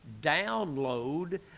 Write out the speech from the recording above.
download